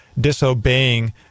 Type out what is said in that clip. disobeying